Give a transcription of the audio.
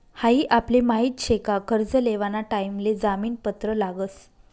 हाई आपले माहित शे का कर्ज लेवाना टाइम ले जामीन पत्र लागस